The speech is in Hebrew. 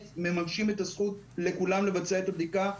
מממשים את הזכות לכולם לבצע את הבדיקה.